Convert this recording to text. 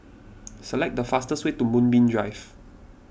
select the fastest way to Moonbeam Drive